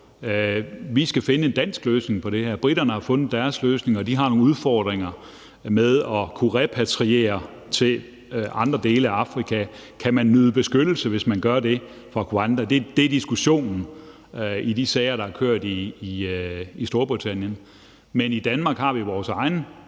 Vi skal finde en dansk løsning på det her. Briterne har fundet deres løsning, og de har nogle udfordringer med at kunne repatriere til andre dele af Afrika. Kan man nyde beskyttelse, hvis man gør det fra Rwanda? Det er diskussionen i de sager, der er kørt i Storbritannien. Men i Danmark har vi vores egen